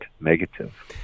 negative